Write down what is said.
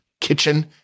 Kitchen